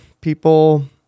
people